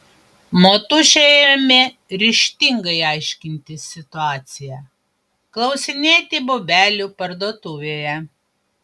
motušė ėmė ryžtingai aiškintis situaciją klausinėti bobelių parduotuvėje